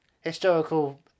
historical